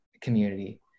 community